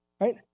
right